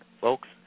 folks